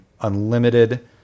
unlimited